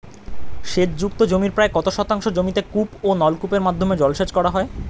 সেচ যুক্ত জমির প্রায় কত শতাংশ জমিতে কূপ ও নলকূপের মাধ্যমে জলসেচ করা হয়?